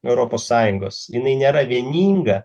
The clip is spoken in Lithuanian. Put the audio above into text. europos sąjungos jinai nėra vieninga